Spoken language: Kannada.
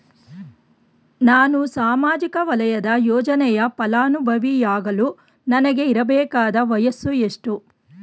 ನಾನು ಸಾಮಾಜಿಕ ವಲಯದ ಯೋಜನೆಯ ಫಲಾನುಭವಿ ಯಾಗಲು ನನಗೆ ಇರಬೇಕಾದ ವಯಸ್ಸು ಎಷ್ಟು?